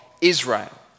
Israel